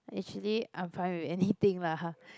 actually I'm fine with anything lah